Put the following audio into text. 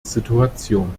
situation